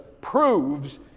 proves